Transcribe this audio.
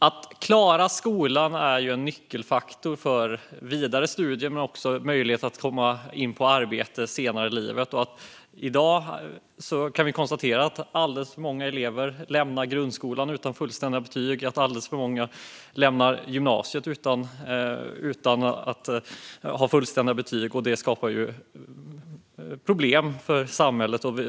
Att klara skolan är en nyckelfaktor för vidare studier men också för möjligheten att komma i arbete senare i livet. I dag kan vi konstatera att alldeles för många elever lämnar grundskolan utan fullständiga betyg och att alldeles för många lämnar gymnasiet utan fullständiga betyg. Detta skapar problem för samhället.